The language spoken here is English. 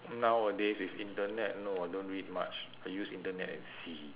nowadays with internet no I don't read much I use internet and see